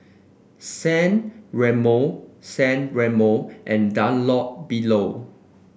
San Remo San Remo and Dunlopillo